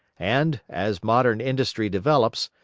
and, as modern industry develops,